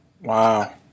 Wow